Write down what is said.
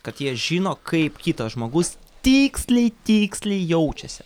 kad jie žino kaip kitas žmogus tiksliai tiksliai jaučiasi